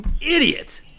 Idiot